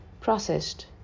processed